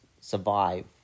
survive